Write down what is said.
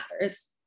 matters